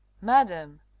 Madam